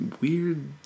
weird